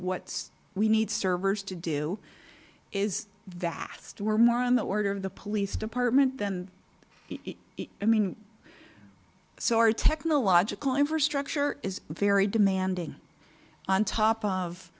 what we need servers to do is vast we're more on the order of the police department then i mean so our technological infrastructure is very demanding on top of